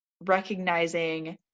recognizing